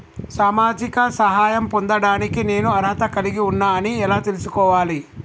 సామాజిక సహాయం పొందడానికి నేను అర్హత కలిగి ఉన్న అని ఎలా తెలుసుకోవాలి?